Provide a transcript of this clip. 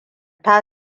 ta